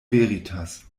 veritas